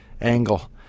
angle